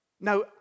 Now